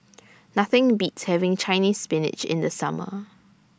Nothing Beats having Chinese Spinach in The Summer